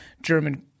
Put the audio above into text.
German